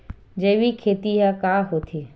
जैविक खेती ह का होथे?